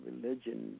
religion